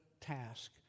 task